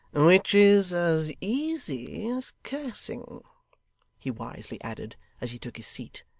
which is as easy as cursing he wisely added, as he took his seat,